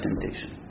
temptation